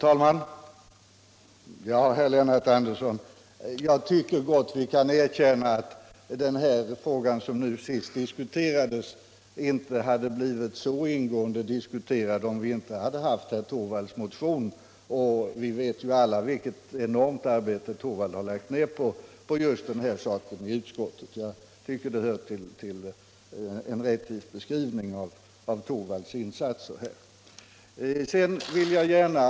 Herr talman! Jag tyckergott, herr Lennart Andersson, att vi kan erkänna att den fråga som senast diskuterades inte hade blivit så ingående debatterad om vi inte haft herrar Torwalds och Träffs motioner. Vi vet alla vilket enormt arbete herr Torwald lagt ned på just den här saken i utskottet. Jag tycker det hör till en rättvis beskrivning av herr Torwalds insatser, att erkänna detta.